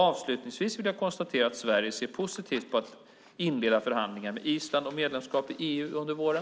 Avslutningsvis vill jag konstatera att Sverige ser positivt på att inleda förhandlingar med Island om medlemskap i EU under våren.